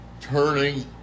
turning